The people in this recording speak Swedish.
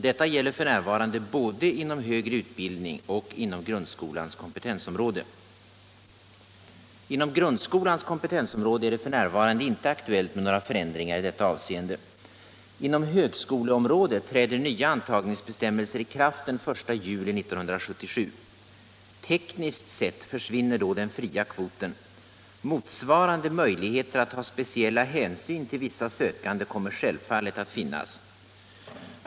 Detta gäller f. n. både inom högre utbildning och inom grundskolans kompetensområde. Inom grundskolans kompetensområde är det f.n. inte aktuellt med några förändringar i detta avseende. Inom högskoleområdet träder nya antagningsbestämmelser i kraft den 1 juli 1977. Tekniskt sett försvinner då den fria kvoten. Motsvarande möjligheter att ta speciella hänsyn till vissa sökande kommer självfallet att finnas.